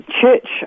church